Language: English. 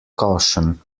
caution